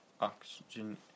oxygen